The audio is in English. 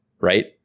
Right